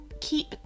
Keep